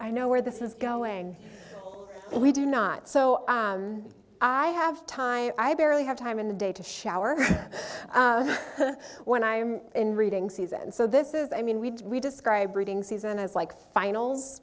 i know where this is going we do not so i have time i barely have time in the day to shower when i am in reading season so this is i mean we describe reading season as like finals